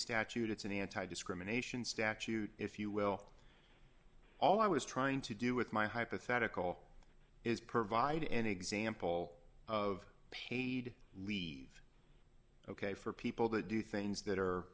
statute it's an anti discrimination statute if you will all i was trying to do with my hypothetical is provide an example of paid leave ok for people that do things that are